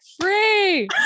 free